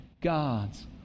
God's